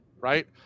right